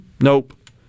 Nope